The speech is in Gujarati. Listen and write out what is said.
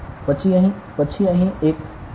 પછી અહીં એક થોડો કોડ છે